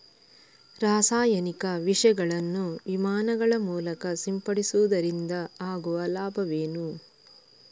ರಾಸಾಯನಿಕ ವಿಷಗಳನ್ನು ವಿಮಾನಗಳ ಮೂಲಕ ಸಿಂಪಡಿಸುವುದರಿಂದ ಆಗುವ ಲಾಭವೇನು?